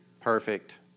perfect